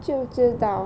知不知道